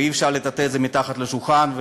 ואי-אפשר לטאטא את זה מתחת לשולחן.